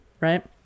right